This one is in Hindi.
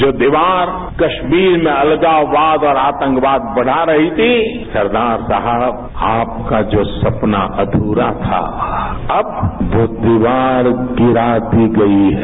जो दीवार कश्मीर में अलगाववाद और आतंकवाद बढ़ा रही थी सरदार साहब आपका जो सपना अधूरा था अब वो दीवार गिरा दी गई है